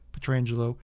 Petrangelo